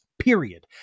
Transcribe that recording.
period